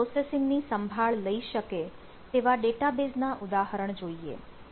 parallel processing ની સંભાળ લઇ શકે તેવા ડેટાબેઝ ના ઉદાહરણ જોઈએ